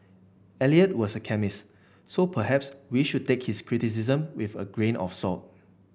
Eliot was a chemist so perhaps we should take his criticisms with a grain of salt